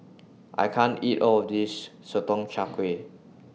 I can't eat All of This Sotong Char Kway